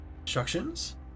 instructions